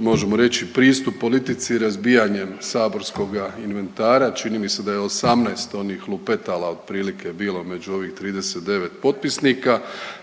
možemo reći pristup politici razbijanjem saborskoga inventara, čini mi se da je 18 onih lupetala otprilike bilo među ovih 39 potpisnika